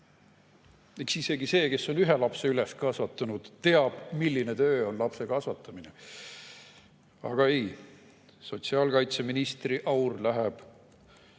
Eks isegi see, kes on ühe lapse üles kasvatanud, tea, milline töö on lapse kasvatamine. Aga ei, sotsiaalkaitseministri aur läheb